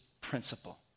principle